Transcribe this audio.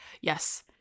Yes